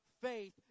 faith